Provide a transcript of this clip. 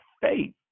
faith